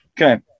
Okay